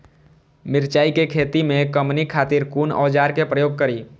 मिरचाई के खेती में कमनी खातिर कुन औजार के प्रयोग करी?